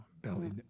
belly